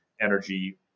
energy